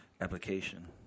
application